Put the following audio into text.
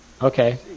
Okay